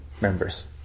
members